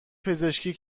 پزشکی